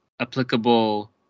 applicable